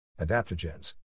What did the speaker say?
Adaptogens